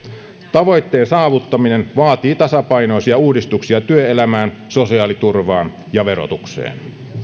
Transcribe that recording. tavoitteen saavuttaminen vaatii tasapainoisia uudistuksia työelämään sosiaaliturvaan ja verotukseen